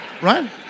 Right